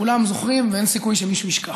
כולם זוכרים ואין סיכוי שמישהו ישכח.